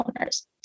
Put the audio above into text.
owners